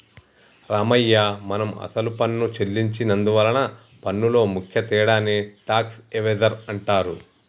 రామయ్య మనం అసలు పన్ను సెల్లించి నందువలన పన్నులో ముఖ్య తేడాని టాక్స్ ఎవేజన్ అంటారు